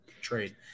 trade